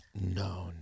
No